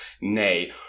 nay